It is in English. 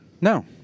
No